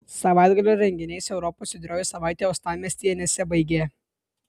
savaitgalio renginiais europos judrioji savaitė uostamiestyje nesibaigė